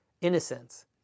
innocence